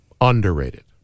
Underrated